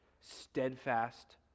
steadfast